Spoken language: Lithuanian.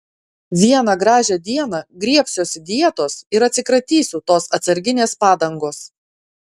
vieną gražią dieną griebsiuosi dietos ir atsikratysiu tos atsarginės padangos